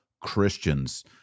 Christians